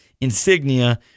insignia